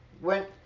went